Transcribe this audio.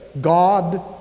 God